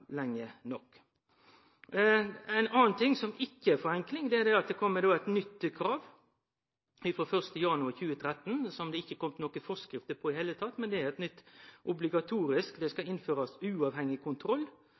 lenge nok. Ein annan ting som ikkje er forenkling, er at det kjem eit nytt krav frå 1. januar 2013, som det ikkje er kome nokon forskrifter om i det heile tatt, men det er nytt og obligatorisk. Det skal innførast ein uavhengig kontroll.